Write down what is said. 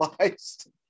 realized